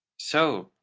so,